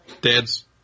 dad's